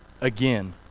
again